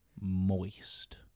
Moist